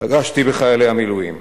פגשתי בחיילי המילואים,